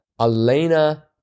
Elena